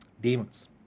demons